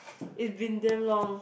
it's been damn long